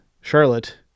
Charlotte